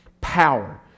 power